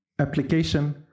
Application